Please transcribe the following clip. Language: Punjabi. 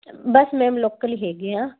ਬਸ ਮੈਮ ਲੋਕਲ ਹੈਗੇ ਹਾਂ